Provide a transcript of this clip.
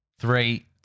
Three